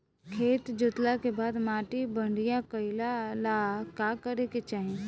खेत जोतला के बाद माटी बढ़िया कइला ला का करे के चाही?